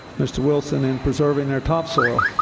mr. wilson, in preserving their topsoil.